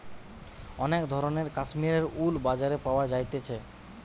অনেক ধরণের কাশ্মীরের উল বাজারে পাওয়া যাইতেছে